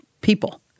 people